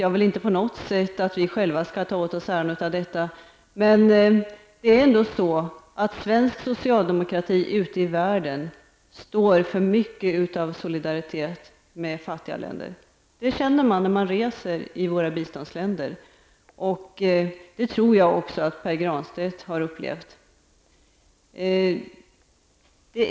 Jag vill inte på något sätt säga att vi själva skall ta åt oss äran av detta. Men svensk socialdemokrati ute i världen står för mycket av solidaritet med fattiga länder. Man kan känna det när man reser i biståndsländerna. Jag tror också att Pär Granstedt har upplevt det.